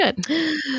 good